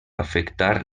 afectar